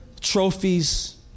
trophies